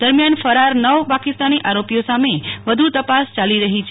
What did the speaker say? દરમ્યાન ફરાર નવ પાકિસ્તાની આરોપીઓ સામે વધુ તપાસ ચાલી રહી છે